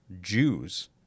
Jews